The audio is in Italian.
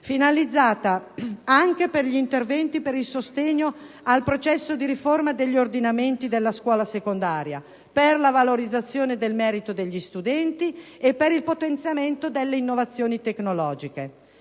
finalizzata anche agli interventi per il sostegno al processo di riforma degli ordinamenti della scuola secondaria, per la valorizzazione del merito degli studenti e per il potenziamento delle innovazioni tecnologiche.